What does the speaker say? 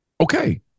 Okay